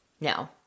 no